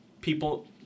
people